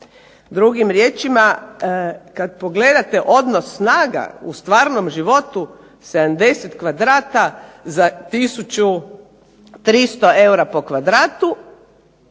Drugim riječima kad pogledate odnos snaga u stvarnom životu 70 kvadrata za 1300 eura po kvadratu